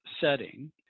setting